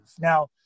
Now